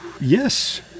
Yes